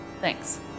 Thanks